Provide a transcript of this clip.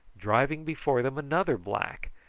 driving before them another black,